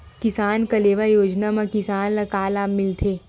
किसान कलेवा योजना म किसान ल का लाभ मिलथे?